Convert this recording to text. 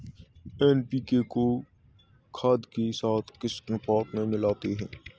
NPK को खाद के साथ किस अनुपात में मिलाते हैं?